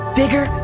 bigger